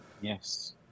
yes